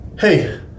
Hey